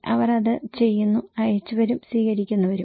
അവർ അത് ചെയ്യുന്നു അയച്ചവരും സ്വീകരിക്കുന്നവരും